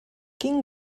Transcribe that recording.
quin